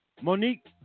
Monique